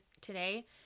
today